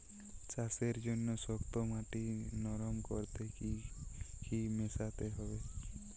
চাষের জন্য শক্ত মাটি নরম করতে কি কি মেশাতে হবে?